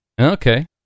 Okay